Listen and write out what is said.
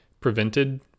prevented